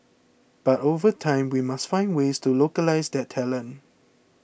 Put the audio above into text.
but over time we must find ways to localise that talent